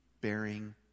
bearing